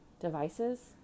devices